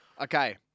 Okay